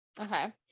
Okay